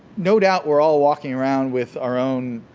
no doubt, we're all walking around with our own